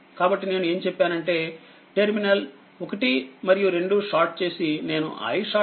కాబట్టినేనుఏమి చెప్పానంటే terminal one two short చేసి నేను iSC iNorton చేస్తాను